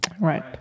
Right